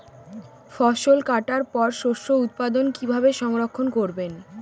ফসল কাটার পর শস্য উৎপাদন কিভাবে সংরক্ষণ করবেন?